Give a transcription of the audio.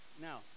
now